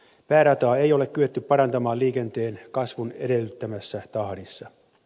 päärataa ei ole kyetty parantamaan liikenteen kasvun edellyttämässä tahdissa